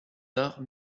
arts